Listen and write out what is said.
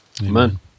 Amen